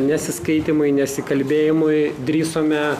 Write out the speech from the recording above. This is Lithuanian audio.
nesiskaitymui nesikalbėjimui drįsome